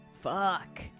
Fuck